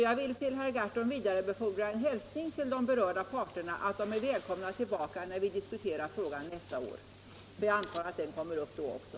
Jag vill genom herr Gahrton vidarebefordra en hälsning till de berörda parterna att de är välkomna tillbaka när vi diskuterar frågan nästa år — för jag antar att den kommer upp då också.